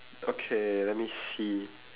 okay let me see